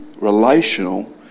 relational